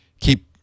keep